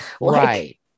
right